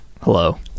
hello